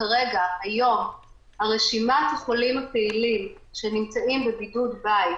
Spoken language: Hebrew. ברשימת החולים הפעילים שנמצאים בבידוד בית